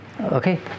Okay